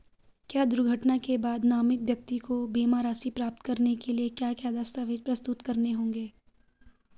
क्या दुर्घटना के बाद नामित व्यक्ति को बीमा राशि प्राप्त करने के लिए क्या क्या दस्तावेज़ प्रस्तुत करने होंगे?